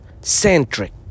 Centric